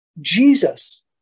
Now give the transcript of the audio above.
Jesus